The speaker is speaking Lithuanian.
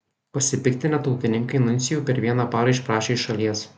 pasipiktinę tautininkai nuncijų per vieną parą išprašė iš šalies